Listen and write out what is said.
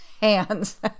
hands